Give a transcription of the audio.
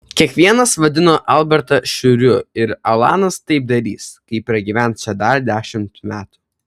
kiekvienas vadino albertą šiuriu ir alanas taip darys kai pragyvens čia dar dešimt metų